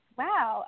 wow